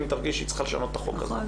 אם היא תרגיש שהיא צריכה לשנות את החוק הזה.